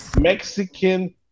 Mexican